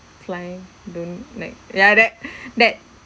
climb don't like ya that that